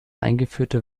eingeführte